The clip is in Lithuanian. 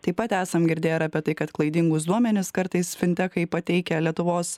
taip pat esam girdėję ir apie tai kad klaidingus duomenis kartais fintekai pateikia lietuvos